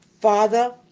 Father